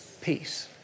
peace